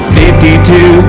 fifty-two